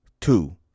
Two